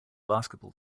basketball